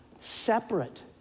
separate